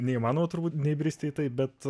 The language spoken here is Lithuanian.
neįmanoma turbūt neįbristi į tai bet